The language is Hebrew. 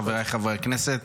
חבריי חברי הכנסת,